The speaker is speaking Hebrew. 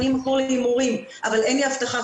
אני מכור להימורים אבל אין לי הבטחה,